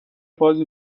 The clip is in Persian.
بازی